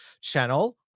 channel